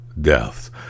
deaths